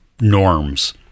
norms